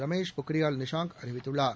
ரமேஷ் பொக்ரியால் நிஷாங் அறிவித்துள்ளார்